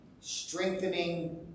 strengthening